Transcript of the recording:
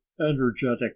energetic